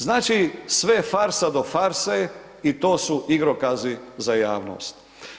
Znači, sve je farsa do farse i to su igrokazi za javnost.